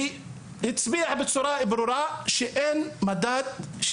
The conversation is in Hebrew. והצביע בצורה ברורה על כך שאין מדד לפיו